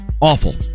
awful